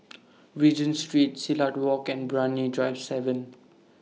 Regent Street Silat Walk and Brani Drive seven